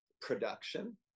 production